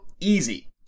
easy